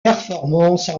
performances